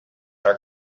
are